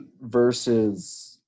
versus